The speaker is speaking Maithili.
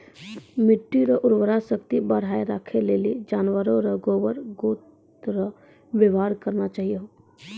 मिट्टी रो उर्वरा शक्ति बढ़ाएं राखै लेली जानवर रो गोबर गोत रो वेवहार करना चाहियो